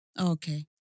Okay